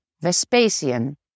Vespasian